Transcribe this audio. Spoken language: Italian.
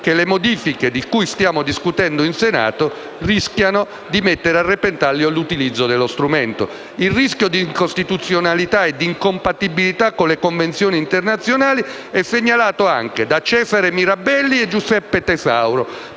che le modifiche di cui stiamo discutendo in Senato rischiano di mettere a repentaglio l'utilizzo dello strumento. Il rischio di incostituzionalità e di incompatibilità con le convenzioni internazionali è segnalato anche da Cesare Mirabelli e da Giuseppe Tesauro,